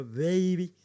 baby